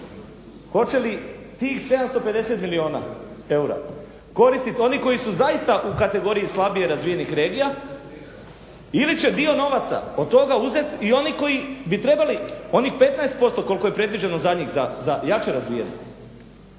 hoće li tih 750 milijuna eura koristit oni koji su zaista u kategoriji slabije razvijenih regija ili će dio novaca od toga uzet i oni koji bi trebali, onih 15% koliko je predviđeno za njih, za jače razvijene